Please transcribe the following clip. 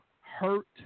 hurt